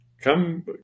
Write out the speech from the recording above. come